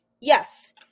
Yes